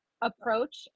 approach